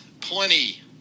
plenty